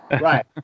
Right